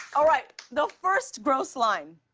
all right. the first gross line.